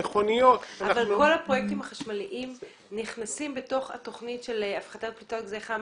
כל הפרויקטים החשמליים נכנסים בתוך התוכנית של הפחתת גזי חממה?